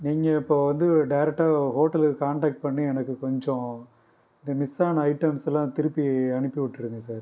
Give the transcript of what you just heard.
நீங்கள் இப்போ வந்து டேரெக்ட்டாக ஹோட்டலுக்கு காண்டக்ட் பண்ணி எனக்கு கொஞ்சம் இந்த மிஸ்ஸான ஐட்டம்ஸ்லாம் திருப்பி அனுப்பிவிட்டுடுங்க சார்